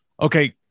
okay